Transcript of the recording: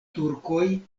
turkoj